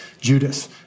Judas